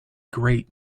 great